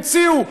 המציאו,